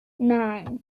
nine